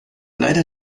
leider